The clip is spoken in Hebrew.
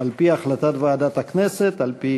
על-פי החלטת ועדת הכנסת, על-פי